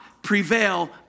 prevail